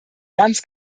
ganz